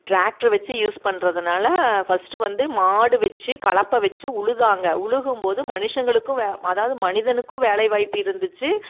tractor வெச்சு use பண்ணுறதுனால first வந்து மாடு வெச்சு கலப்பை வெச்சு உழுதாங்க உழுகும் போது மனுஷங்களுக்கும் வே அதாவது மனிதனுக்கும் வேலை வாய்ப்பு இருந்துச்சு